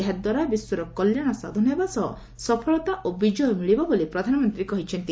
ଏହାଦ୍ୱାରା ବିଶ୍ୱର କଲ୍ୟାଣ ସାଧନ ହେବା ସହ ସଫଳତା ଓ ବିଜୟ ମିଳିବ ବୋଲି ପ୍ରଧାନମନ୍ତ୍ରୀ କହିଛନ୍ତି